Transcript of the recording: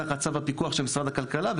תחת צו הפיקוח של משרד הכלכלה,